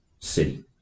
city